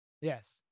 Yes